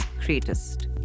greatest